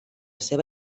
seva